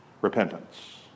Repentance